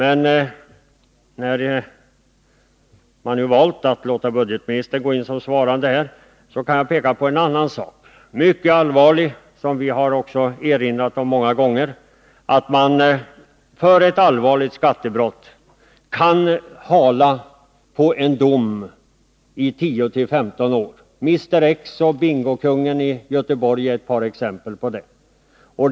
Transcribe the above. Eftersom man valt att låta budgetministern gå in som svarande, kan jag peka på en annan mycket allvarlig sak som vi socialdemokrater många gånger erinrat om, nämligen det förhållandet att man för ett allvarligt skattebrott kan vänta med domslut i 10-15 år. Fallen med Mr X och bingokungen i Göteborg är ett par exempel på det.